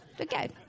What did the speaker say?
okay